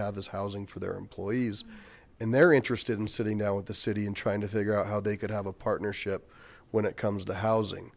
have is housing for their employees and they're interested in sitting down with the city and trying to figure out how they could have a partnership when it comes to housing